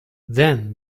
then